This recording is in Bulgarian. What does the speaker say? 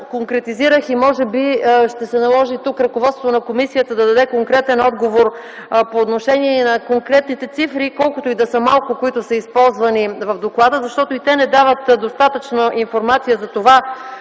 конкретизирах и може би ще се наложи тук ръководството на комисията да даде конкретен отговор по отношение и на конкретните цифри, колкото и да са малко, които са използвани в доклада. Те не дават достатъчна информация затова